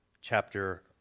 chapter